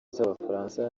z’abafaransa